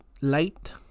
light